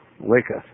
waketh